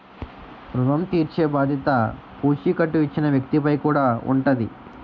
ఋణం తీర్చేబాధ్యత పూచీకత్తు ఇచ్చిన వ్యక్తి పై కూడా ఉంటాది